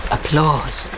Applause